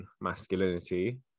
masculinity